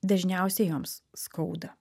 dažniausiai joms skauda